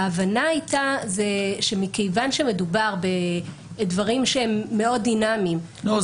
ההבנה הייתה שמכיוון שמדובר בדברים שהם מאוד דינמיים --- לא,